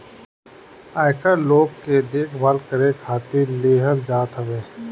आयकर लोग के देखभाल करे खातिर लेहल जात हवे